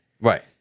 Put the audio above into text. Right